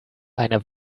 eine